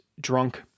drunk